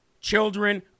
children